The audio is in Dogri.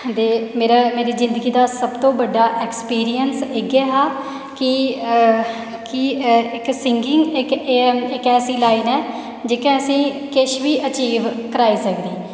ते मेरी जिंदगी दा सब तू बड्डा एक्सपीरियंस इ'यै हा की इक्क सिंगिंग इक्क ऐसी लाईन ऐ जेह्की असेंगी किश बी अचीव कराई सकदी